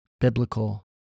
biblical